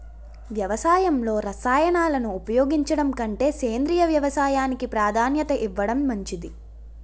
వ్యవసాయంలో రసాయనాలను ఉపయోగించడం కంటే సేంద్రియ వ్యవసాయానికి ప్రాధాన్యత ఇవ్వడం మంచిది